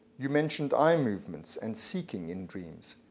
you mentioned eye movements and seeking in dreams.